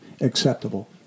acceptable